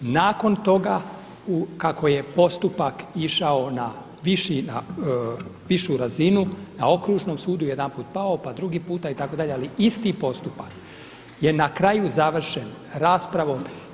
Nakon toga kako je postupak išao na višu razinu, na okružnom sudu je jedanput pao pa drugi puta itd. ali isti postupak je na kraju završen raspravom.